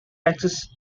axis